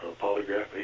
polygraph